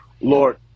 Lord